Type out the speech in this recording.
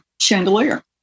chandelier